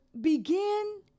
begin